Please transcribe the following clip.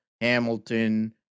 Hamilton